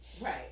right